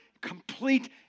complete